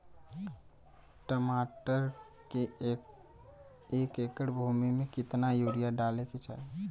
टमाटर के एक एकड़ भूमि मे कितना यूरिया डाले के चाही?